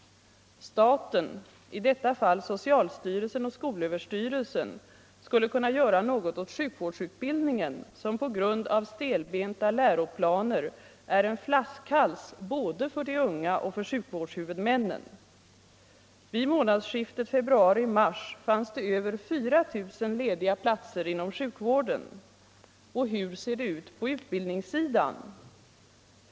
Staten, i detta fall socialstyrelsen och skolöverstyrelsen, skulle kunna göra något åt sjukvårdsutbildningen, som på grund av stelbenta läroplaner är en flaskhals både för de unga och för sjukvårdshuvudmännen. Vid månadsskiftet februari-mars fanns det över 4 000 lediga platser inom sjukvården. Och hur ser det ut på ut politiken 75 politiken bildningssidan?